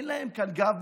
אין להם כאן גב,